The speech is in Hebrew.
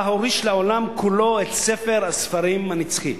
בה, הוריש לעולם כולו את ספר הספרים הנצחי".